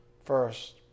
first